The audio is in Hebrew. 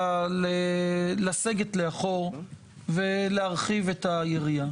לסגת לאחור ולהרחיב את היריעה.